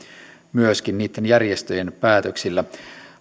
myöskin niitten järjestöjen päätöksillä